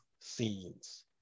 scenes